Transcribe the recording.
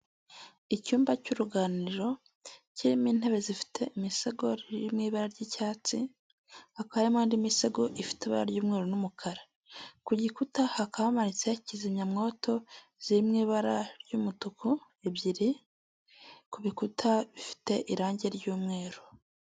Icyapa cyamamaza inzoga ya AMSTEL, hariho icupa ry'AMSTEL ripfundikiye, hakaba hariho n'ikirahure cyasutswemo inzoga ya AMSTEL, munsi yaho hari imodoka ikindi kandi hejuru yaho cyangwa k'uruhande rwaho hari inzu. Ushobora kwibaza ngo AMSTEL ni iki? AMSTEL ni ubwoko bw'inzoga busembuye ikundwa n'abanyarwanada benshi, abantu benshi bakunda inzoga cyangwa banywa inzoga zisembuye, bakunda kwifatira AMSTEL.